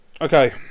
Okay